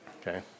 Okay